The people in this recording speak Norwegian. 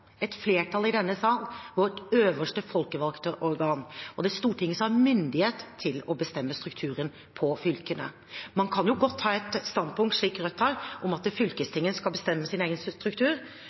et flertall i denne sal, vårt øverste folkevalgte organ. Det er Stortinget som har myndighet til å bestemme strukturen på fylkene. Man kan godt ha et standpunkt, slik Rødt har, om at fylkestinget skal bestemme sin egen struktur,